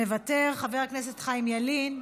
מוותר, חבר הכנסת חיים ילין,